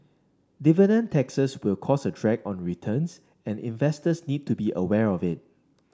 dividend taxes will cause a drag on returns and investors need to be aware of it